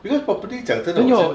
because property 讲真的我已经